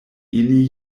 ili